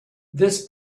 this